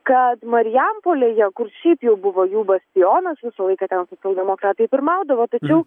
kad marijampolėje kur šiaip jau buvo jų bastionas visą laiką ten socialdemokratai pirmaudavo tačiau